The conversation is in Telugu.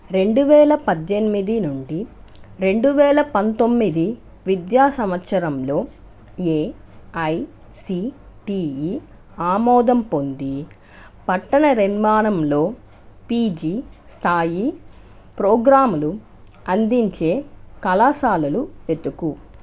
రెండువేల పద్దెనిమిది నుండి రెండు వేల పంతొమ్మిది విద్యా సంవత్సరంలో ఏఐసిటిఈ ఆమోదం పొంది పట్టణనిర్మాణములో పీజీ స్థాయి ప్రోగ్రాములు అందించే కళాశాలలు వెతుకు